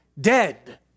dead